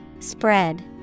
Spread